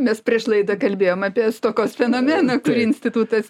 mes prieš laidą kalbėjom apie stokos fenomeną kurį institutas